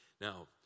Now